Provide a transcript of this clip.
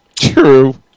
True